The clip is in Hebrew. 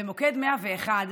במוקד 101,